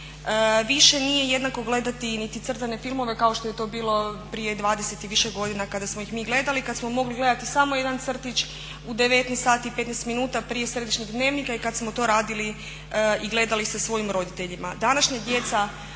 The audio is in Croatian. Više nije jednako gledati niti crtane filmove kao što je to bilo prije dvadeset i više godina kada smo ih mi gledalo, kad smo mogli gledati samo jedan crtić u 19.15 sati prije središnjeg dnevnika i kad smo to radili i gledali sa svojim roditeljima.